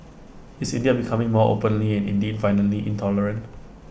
is India becoming more openly and indeed violently intolerant